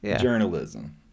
journalism